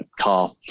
car